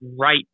right